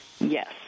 Yes